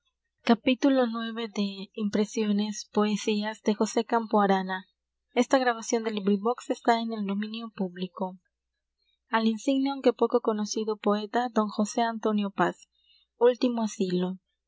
al insigne aunque poco conocido poeta don josé antonio paz último asilo